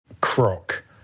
croc